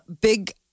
big